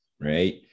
right